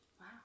Wow